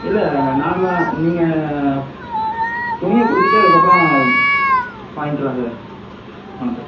இல்லை நாந்தான் நீங்கள் துணியை கொடுத்துட்டு அதுக்கப்றம் வாங்கிக்கிலாம் சார் பணத்தை